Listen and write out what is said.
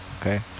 okay